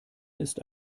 ist